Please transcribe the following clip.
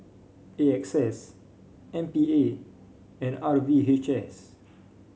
A X S M P A and R V H S